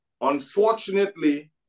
Unfortunately